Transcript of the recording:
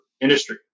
industry